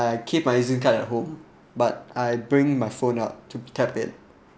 keep my E_Z_link card at home but I bring my phone out to tap it